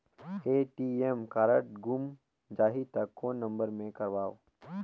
ATM card गुम जाही त कौन नम्बर मे करव?